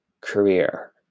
career